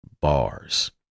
bars